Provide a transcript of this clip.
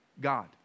God